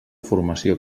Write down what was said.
formació